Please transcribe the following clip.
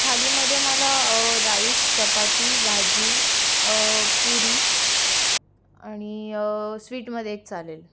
थालीमध्ये मला राईस चपाती भाजी पुरी अणि स्वीटमध्ये एक चालेल